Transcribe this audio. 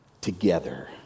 together